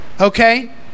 okay